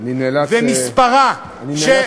מספרה בדרום שעכשיו,